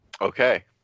Okay